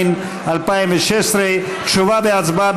התשע"ז 2016. תשובה והצבעה,